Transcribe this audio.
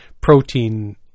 protein